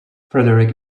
frederick